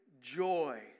joy